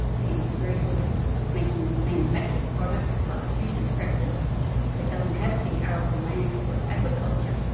ah is very good at making manufactured products like juice extractors but doesn't have the arable land for its agriculture,